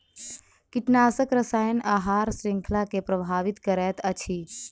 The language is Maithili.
कीटनाशक रसायन आहार श्रृंखला के प्रभावित करैत अछि